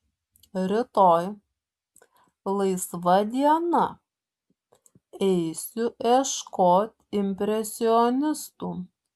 rytoj laisva diena eisiu ieškot impresionistų